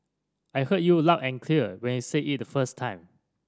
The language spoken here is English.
I heard you loud and clear when you said it the first time